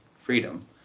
freedom